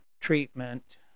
treatment